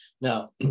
Now